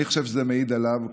אני חושב שזה מעיד עליו,